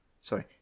sorry